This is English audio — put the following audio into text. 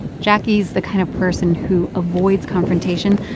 jacquie's the kind of person who avoids confrontation,